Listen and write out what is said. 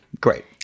great